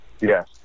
Yes